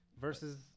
Versus